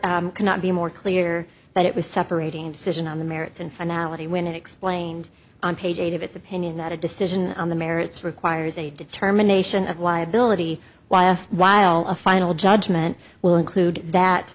court cannot be more clear that it was separating decision on the merits and finality when it explained on page eight of its opinion that a decision on the merits requires a determination of why ability while while a final judgment will include that